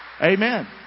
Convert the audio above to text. Amen